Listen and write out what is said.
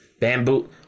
Bamboo